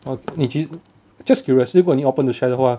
[]你其实 just curious 如果你 open to share 的话